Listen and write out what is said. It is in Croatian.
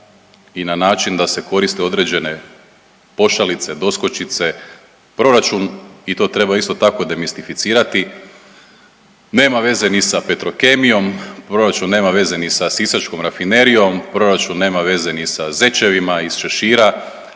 i na način da se koriste određene pošalice, doskočice, proračun i to treba isto tako demistificirati nema veze ni sa Petrokemijom, proračun nema veze ni sa Sisačkom rafinerijom, proračun nema veze ni sa zečevima iz šešira,